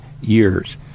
years